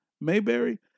Mayberry